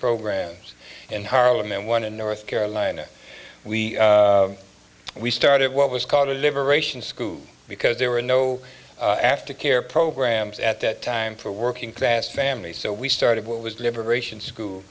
programs in harlem and one in north carolina we we started what was called a liberation school because there were no aftercare programs at that time for working class families so we started what was liberation school